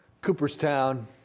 Cooperstown